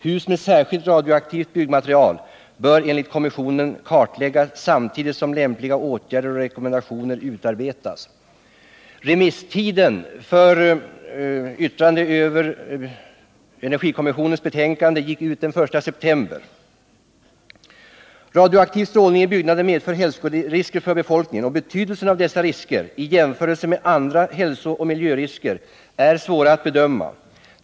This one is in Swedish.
Hus med särskilt radioaktivt byggmaterial bör enligt kommissionen kartläggas, samtidigt som lämpliga åtgärder och rekommendationer utarbetas. Remisstiden för yttrande över energikommissionens betänkande gick ut den 1 september 1978. Radioaktiv strålning i byggnader medför hälsorisker för befolkningen, och betydelsen av dessa risker i jämförelse med andra hälsooch miljörisker är svår att bedöma.